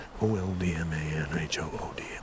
O-L-D-M-A-N-H-O-O-D